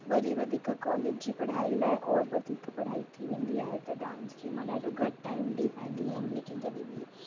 वरी वधीक कॉलेज जी पढ़ाई लाइ और वधीक पढ़ाई थी वेंदी आहे त डांस खे मां ॾाढो घटि टाइम ॾई पाईंदी आहियां लेकिन तॾहिं बि